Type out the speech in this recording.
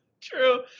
True